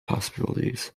possibilities